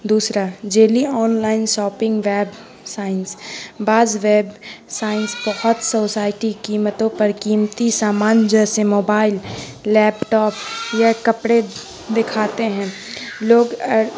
دوسرا ذیلی online shopping web science بعض ویب سائنس بہت سوسائٹی قیمتوں پر قیمتی سامان جیسے موبائل لیپ ٹاپ یا کپڑے دکھاتے ہیں لوگ